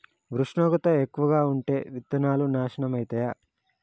ఉష్ణోగ్రత ఎక్కువగా ఉంటే విత్తనాలు నాశనం ఐతయా?